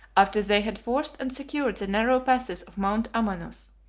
after they had forced and secured the narrow passes of mount amanus,